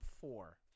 four